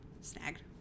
snagged